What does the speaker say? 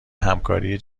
همکاری